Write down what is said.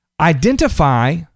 identify